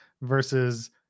versus